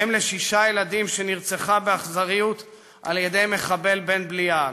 אם לשישה ילדים שנרצחה באכזריות על-ידי מחבל בן-בליעל,